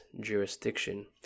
jurisdiction